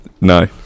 No